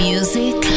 Music